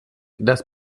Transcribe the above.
das